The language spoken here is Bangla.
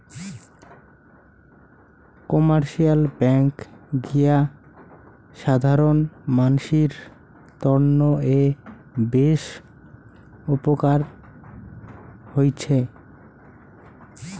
কোমার্শিয়াল ব্যাঙ্ক গিলা সাধারণ মানসির তন্ন এ বেশ উপকার হৈছে